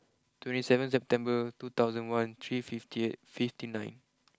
twenty seven September two thousand one three fifty eight fifty nine